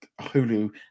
Hulu